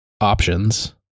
options